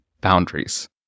boundaries